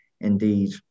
indeed